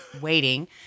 waiting